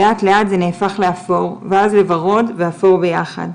לאט לאט זה נהפך לאפור ואז לוורוד ואפור ביחד.